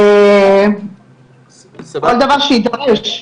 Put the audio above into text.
כל דבר שיתבקש.